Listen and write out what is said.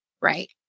Right